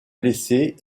blessé